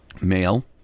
Male